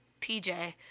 PJ